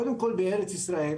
קודם כל, בארץ ישראל